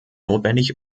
notwendig